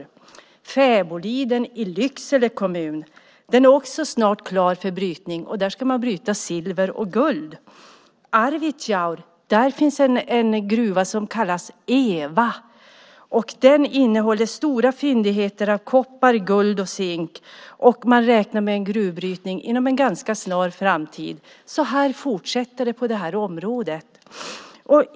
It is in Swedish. I Fäboliden i Lycksele kommun är gruvan snart klar för brytning, och där ska man bryta silver och guld. I Arvidsjaur finns en gruva som kallas Eva, och den innehåller stora fyndigheter av koppar, guld och zink. Man räknar med en gruvbrytning inom en ganska snar framtid. Så här fortsätter det på det här området.